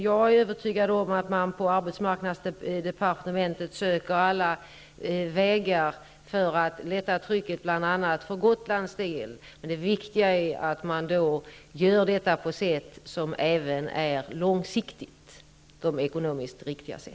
Jag är övertygad om att man på arbetsmarknadsdepartementet söker alla vägar för att lätta trycket bl.a. för Gotlands del, men det viktiga är att man då gör detta på ett sätt som även långsiktigt är ekonomiskt riktigt.